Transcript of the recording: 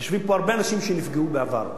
יושבים פה הרבה אנשים שנפגעו בעבר,